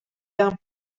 gains